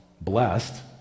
blessed